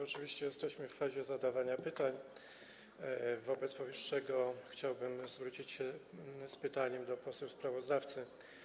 Oczywiście jesteśmy w fazie zadawania pytań, wobec powyższego chciałbym zwrócić się z pytaniem do poseł sprawozdawcy.